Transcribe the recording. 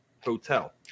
Hotel